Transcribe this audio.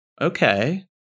Okay